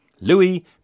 Louis